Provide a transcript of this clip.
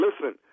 listen